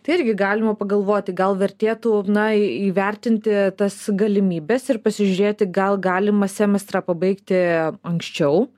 tai irgi galima pagalvoti gal vertėtų na įvertinti tas galimybes ir pasižiūrėti gal galima semestrą pabaigti anksčiau